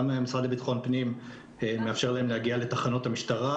גם המשרד לביטחון פנים מאפשר להן להגיע לתחנות המשטרה,